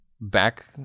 back